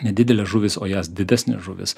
nedidelės žuvys o jas didesnės žuvys